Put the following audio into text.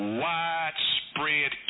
widespread